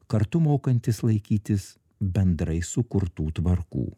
kartu mokantis laikytis bendrai sukurtų tvarkų